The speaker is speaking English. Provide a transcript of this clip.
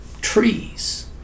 trees